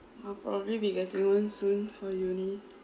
I'll probably be getting loans soon for uni